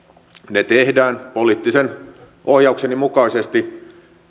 ne tehdään poliittisen ohjaukseni mukaisesti